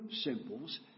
symbols